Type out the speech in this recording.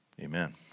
Amen